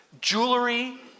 jewelry